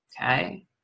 Okay